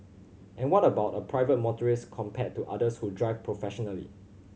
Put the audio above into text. and what about a private motorist compared to others who drive professionally